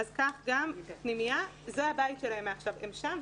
כך גם הפנימייה; זה הבית שלהם מעכשיו והם שם,